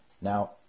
Now